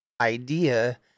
idea